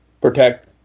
protect